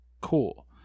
Cool